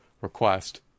request